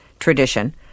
tradition